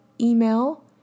email